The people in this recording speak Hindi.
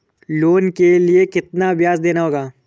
लोन के लिए कितना ब्याज देना होगा?